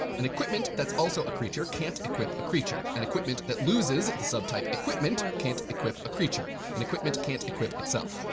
an equipment that's also a creature can't equip a creature. an equipment that loses the subtype equipment can't equip a creature. an equipment can't equip itself.